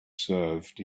served